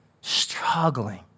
Struggling